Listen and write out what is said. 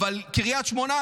אבל קריית שמונה,